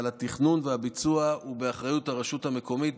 אבל התכנון והביצוע הם באחריות הרשות המקומיות.